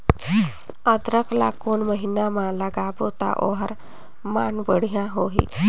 अदरक ला कोन महीना मा लगाबो ता ओहार मान बेडिया होही?